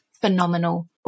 phenomenal